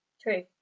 True